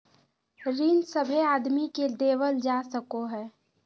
ऋण सभे आदमी के देवल जा सको हय